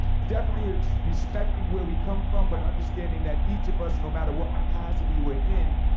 definitely respecting where we come from, but understanding that each of us, no matter what capacity we're in,